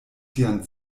sian